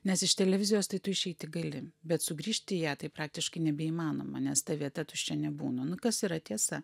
nes iš televizijos tai tu išeiti gali bet sugrįžti į ją tai praktiškai nebeįmanoma nes ta vieta tuščia nebūna nu kas yra tiesa